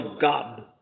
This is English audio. God